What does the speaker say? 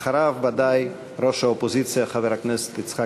אחריו, ודאי, ראש האופוזיציה חבר הכנסת יצחק